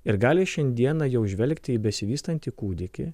ir gali šiandieną jau žvelgti į besivystantį kūdikį